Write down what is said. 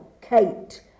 Kate